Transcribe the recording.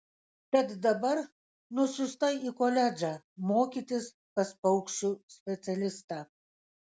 tad dabar nusiųsta į koledžą mokytis pas paukščių specialistą